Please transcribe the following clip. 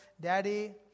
Daddy